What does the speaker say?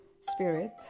spirit